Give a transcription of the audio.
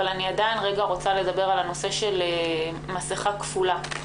אני רוצה לדבר על הנושא של מסכה כפולה.